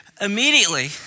immediately